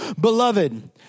beloved